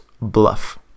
Bluff